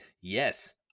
Yes